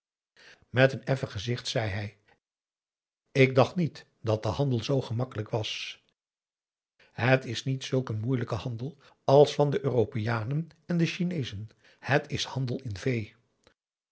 met een effen gezicht zei hij ik dacht niet dat de handel zoo gemakkelijk was het is niet zulk een moeilijke handel als van de europeanen en de chineezen het is handel in vee